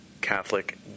Catholic